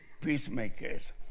peacemakers